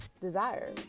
desires